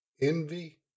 envy